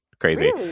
crazy